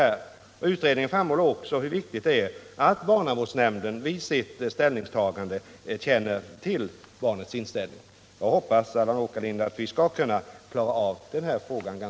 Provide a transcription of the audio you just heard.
Av utredningen framgår också hur viktigt det är att barnavårdsnämnden vid sitt ställningstagande känner till barnets inställning. Jag hoppas, Allan Åkerlind, att vi ganska snart kan klara av den här frågan.